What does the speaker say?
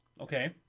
Okay